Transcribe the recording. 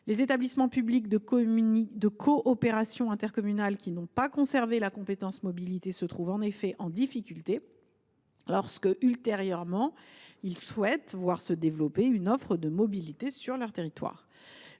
Les établissements publics de coopération intercommunale qui n’ont pas conservé la compétence « mobilité » se trouvent, en effet, en difficulté lorsque, ultérieurement, ils souhaitent voir se développer une offre de mobilité sur leur territoire.